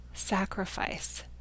sacrifice